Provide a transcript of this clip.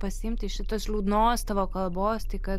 pasiimti iš šitos liūdnos tavo kalbos tai kad